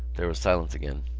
there was silence again.